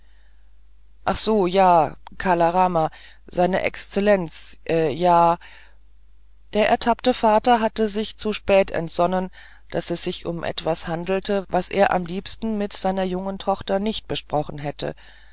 ach so ja kala rama seine exzellenz ja der ertappte vater hatte sich zu spät entsonnen daß es sich um etwas handelte was er am liebsten mit seiner jungen tochter nicht besprochen hätte